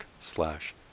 slash